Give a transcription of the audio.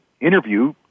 interview